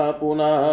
puna